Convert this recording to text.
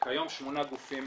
כיום שמונה גופים